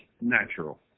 natural